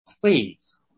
Please